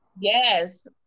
yes